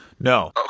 No